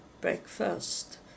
breakfast